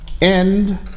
end